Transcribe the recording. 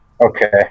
Okay